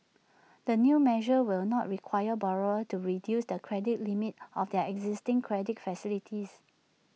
the new measure will not require borrowers to reduce the credit limit of their existing credit facilities